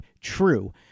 true